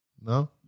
no